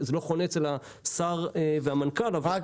זה לא חונה אצל השר והמנכ"ל אבל --- רק